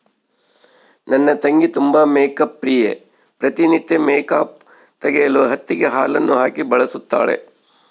ನನ್ನ ತಂಗಿ ತುಂಬಾ ಮೇಕ್ಅಪ್ ಪ್ರಿಯೆ, ಪ್ರತಿ ನಿತ್ಯ ಮೇಕ್ಅಪ್ ತೆಗೆಯಲು ಹತ್ತಿಗೆ ಹಾಲನ್ನು ಹಾಕಿ ಬಳಸುತ್ತಾಳೆ